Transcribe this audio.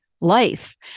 life